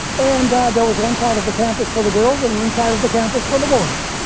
and there was one side of the campus for the girls and one side of the campus for the boys.